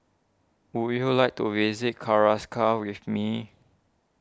would you like to visit Caracas with me